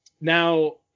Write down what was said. Now